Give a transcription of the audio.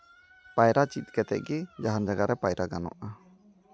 ᱯᱟᱭᱨᱟ ᱪᱮᱫ ᱠᱟᱛᱮ ᱜᱮ ᱡᱟᱦᱟᱱ ᱡᱟᱭᱜᱟ ᱨᱮ ᱯᱟᱭᱨᱟ ᱜᱟᱱᱚᱜᱼᱟ